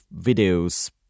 videos